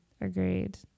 agreed